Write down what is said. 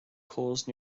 cause